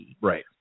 right